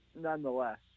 nonetheless